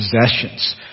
possessions